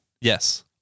Yes